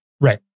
Right